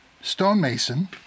stonemason